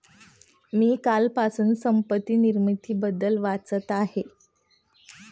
मी कालपासून संपत्ती निर्मितीबद्दल वाचत आहे